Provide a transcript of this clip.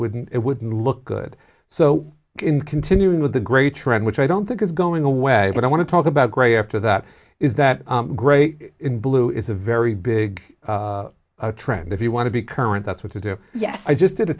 wouldn't it wouldn't look good so in continuing with the great trend which i don't think is going away what i want to talk about gray after that is that great in blue is a very big trend if you want to be current that's what to do yes i just